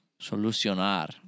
Solucionar